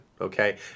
okay